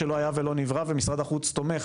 שלא היה ולא נברא ומשרד החוץ תומך